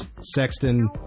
Sexton